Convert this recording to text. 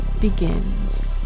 begins